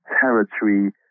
territory